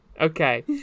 Okay